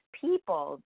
people